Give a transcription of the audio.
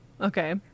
Okay